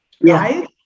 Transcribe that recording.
right